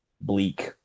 bleak